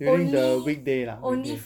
during the weekday lah weekday